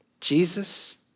Jesus